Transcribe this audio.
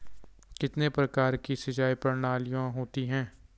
कितने प्रकार की सिंचाई प्रणालियों होती हैं?